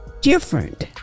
different